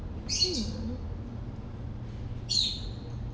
hmm